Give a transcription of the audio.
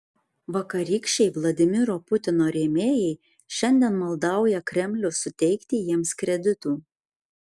vakarykščiai vladimiro putino rėmėjai šiandien maldauja kremlių suteikti jiems kreditų